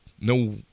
no